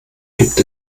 gibt